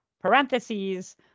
parentheses